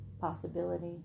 possibility